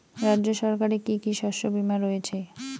রাজ্য সরকারের কি কি শস্য বিমা রয়েছে?